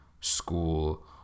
school